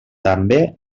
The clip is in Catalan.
també